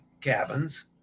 cabins